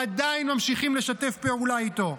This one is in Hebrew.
עדיין ממשיכים לשתף פעולה איתו.